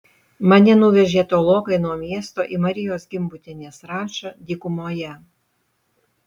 mane nuvežė tolokai nuo miesto į marijos gimbutienės rančą dykumoje